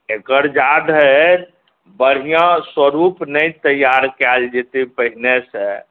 एकर जाधरि बढ़िऑं स्वरुप नहि तैयार कयल जेतै पहिनेसे